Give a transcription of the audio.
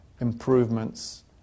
improvements